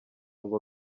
ngo